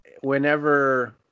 whenever